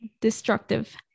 destructive